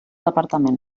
departament